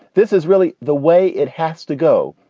this is really the way it has to go.